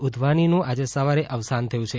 ઉધવાનીનું આજે સવારે અવસાન થયું છે